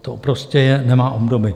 To prostě nemá obdoby.